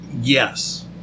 Yes